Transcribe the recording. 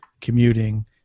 commuting